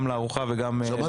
גם לארוחה וגם לצום.